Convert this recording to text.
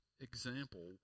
example